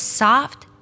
soft